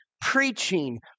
preaching